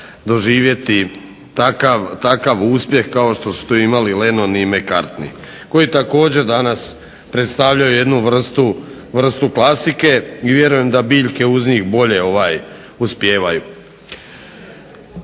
doživjeti takav uspjeh kao što su to imali Lennon i McCartney koji također danas predstavljaju jednu vrstu klasike i vjerujem da biljke uz njih bolje uspijevaju.